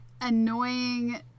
annoying